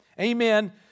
Amen